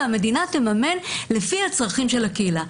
והמדינה תממן לפי הצרכים של הקהילה.